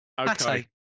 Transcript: Okay